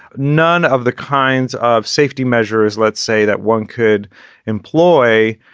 none of the kinds of safety measures, let's say, that one could employ.